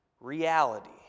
reality